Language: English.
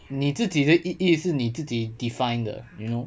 你自己的意义是你自己 define 的